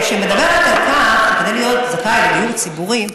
היא מדברת על כך שכדי להיות זכאי לדיור ציבורי,